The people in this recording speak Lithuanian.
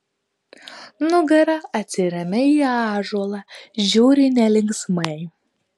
nugara atsiremia į ąžuolą žiūri nelinksmai